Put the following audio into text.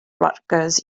rutgers